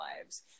lives